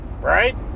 right